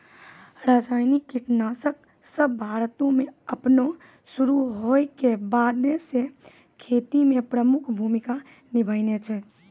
रसायनिक कीटनाशक सभ भारतो मे अपनो शुरू होय के बादे से खेती मे प्रमुख भूमिका निभैने छै